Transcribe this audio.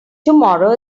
tomorrow